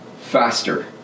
faster